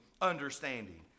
understanding